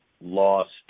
lost